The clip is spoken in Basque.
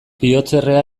bihotzerrea